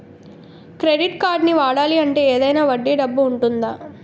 Credit కార్డ్ని వాడాలి అంటే ఏదైనా వడ్డీ డబ్బు ఉంటుందా?